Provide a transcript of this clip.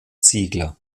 ziegler